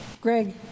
Greg